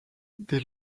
des